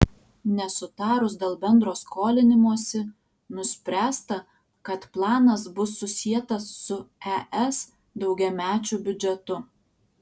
nesutarus dėl bendro skolinimosi nuspręsta kad planas bus susietas su es daugiamečiu biudžetu